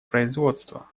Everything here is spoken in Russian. производство